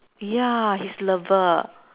ya his lover